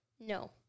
No